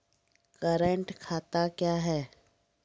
Current खाता क्या हैं?